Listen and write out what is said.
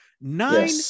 nine